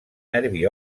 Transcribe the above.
nervi